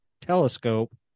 telescope